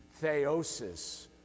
theosis